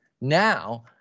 now